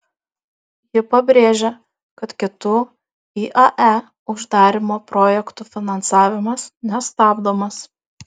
ji pabrėžė kad kitų iae uždarymo projektų finansavimas nestabdomas